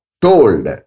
told